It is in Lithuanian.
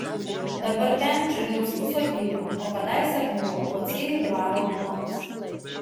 dabar ten černiauskų sodyba o kadaise buvo pociejų dvaro kluonas